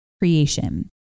creation